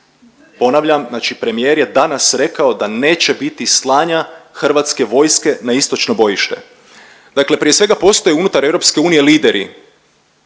Ponavljam, znači premijer je danas rekao da neće biti slanja hrvatske vojske na istočno bojište. Dakle, prije svega postoji unutar EU lideri